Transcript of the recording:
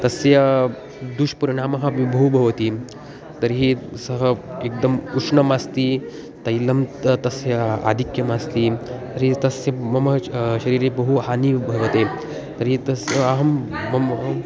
तस्य दुष्परिणामः अपि बहु भवति तर्हि सः एकम् उष्णम् अस्ति तैलं तु तस्य आधिक्यम् अस्ति तर्हि तस्य मम शरीरे बहु हानिः भवति तर्हि तस्य अहं मम